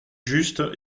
juste